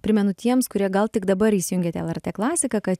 primenu tiems kurie gal tik dabar įsijungėte lrt klasiką kad